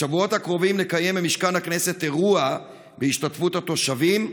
בשבועות הקרובים נקיים במשכן הכנסת אירוע בהשתתפות התושבים,